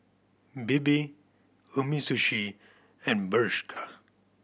Bebe Umisushi and Bershka